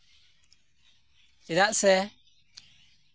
ᱪᱮᱫᱟᱜ ᱥᱮ